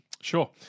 Sure